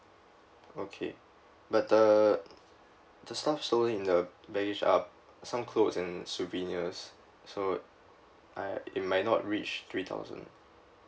okay but uh the stuff stolen in the baggage are some clothes and souvenirs so I it might not reach three thousand